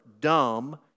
dumb